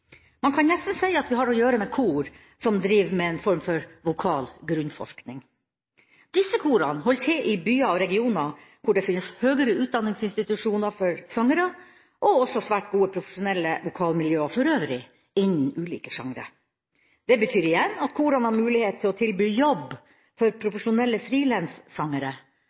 Man kan nesten si at vi har å gjøre med kor som driver med en form for vokal grunnforskning. Disse korene holder til i byer og i regioner hvor det finnes høyere utdanningsinstitusjoner for sangere og også svært gode profesjonelle vokalmiljøer for øvrig innen ulike sjangre. Det betyr igjen at korene har mulighet til å tilby jobb for profesjonelle